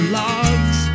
logs